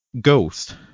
Ghost